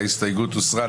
ההסתייגות הוסרה.